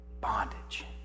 Bondage